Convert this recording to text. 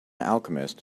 alchemist